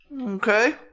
Okay